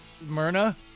Myrna